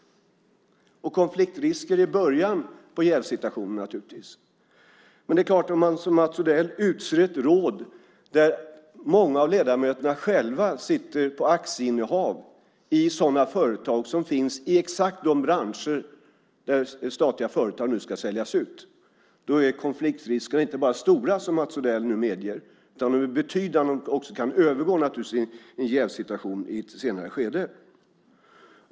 Och konfliktrisker är naturligtvis början på jävssituationer. Det är klart att om man, som Mats Odell, utser ett råd där många av ledamöterna själva sitter på aktieinnehav i företag som finns i exakt de branscher som statliga företag nu ska säjas ut i är konfliktriskerna inte bara stora, som Mats Odell nu medger, utan de är betydande, och de kan naturligtvis också övergå i jävssituationer i ett senare skede.